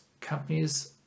companies